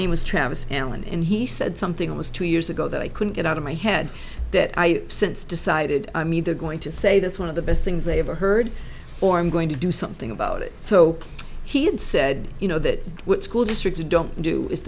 name was travis allen and he said something almost two years ago that i couldn't get out of my head that i since decided i'm either going to say that's one of the best things they ever heard or i'm going to do something about it so he said you know that school districts don't do i